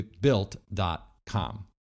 built.com